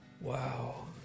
Wow